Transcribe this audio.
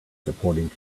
supporting